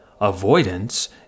avoidance